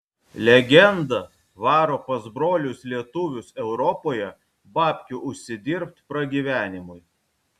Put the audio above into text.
legenda varo pas brolius lietuvius europoje babkių užsidirbt pragyvenimui